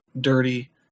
dirty